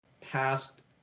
past